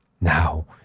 now